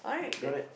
got it